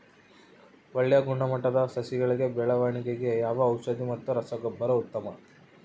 ಒಳ್ಳೆ ಗುಣಮಟ್ಟದ ಸಸಿಗಳ ಬೆಳವಣೆಗೆಗೆ ಯಾವ ಔಷಧಿ ಮತ್ತು ರಸಗೊಬ್ಬರ ಉತ್ತಮ?